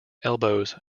elbows